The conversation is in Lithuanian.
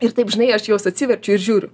ir taip žinai aš juos atsiverčiu ir žiūriu